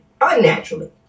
unnaturally